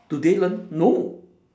do they learn no